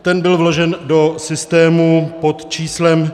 Ten byl vložen do systému pod číslem 5890.